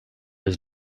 his